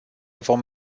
vom